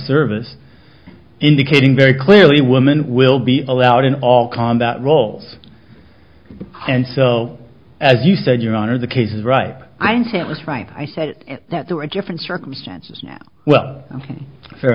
service indicating very clearly women will be allowed in all combat roles and as you said your honor the case is right i was right i said that there were different circumstances well